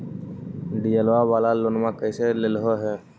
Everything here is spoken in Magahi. डीजलवा वाला लोनवा कैसे लेलहो हे?